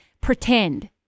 pretend